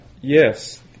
Yes